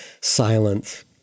silence